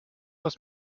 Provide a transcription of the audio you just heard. was